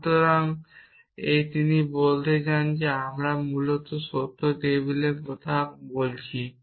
এবং যখন তিনি বলতে চান তখন আমরা মূলত সত্য টেবিল সম্পর্কে কথা বলছি